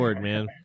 man